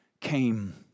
came